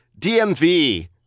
DMV